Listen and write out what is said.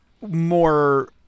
more